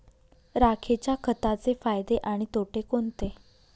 राखेच्या खताचे फायदे आणि तोटे कोणते?